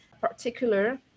particular